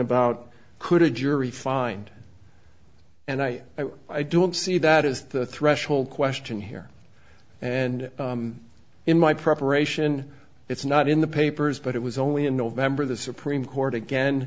about could a jury find and i i don't see that is the threshold question here and in my preparation it's not in the papers but it was only in november the supreme court again